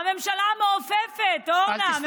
הממשלה המעופפת, אורנה.